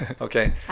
okay